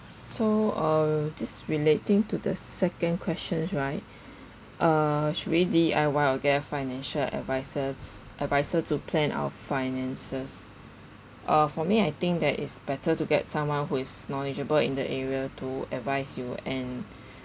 so uh this relating to the second questions right uh should we D_I_Y or get a financial advisors advisor to plan our finances uh for me I think that it's better to get someone who is knowledgeable in the area to advise you and